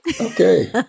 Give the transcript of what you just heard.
Okay